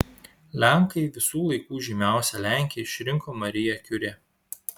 lenkai visų laikų žymiausia lenke išrinko mariją kiuri